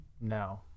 No